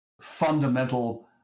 fundamental